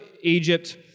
Egypt